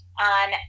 on